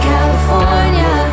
California